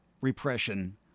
repression